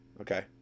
Okay